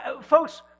Folks